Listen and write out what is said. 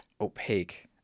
opaque